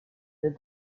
did